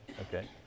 Okay